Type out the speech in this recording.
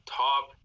top